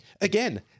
Again